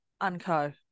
Unco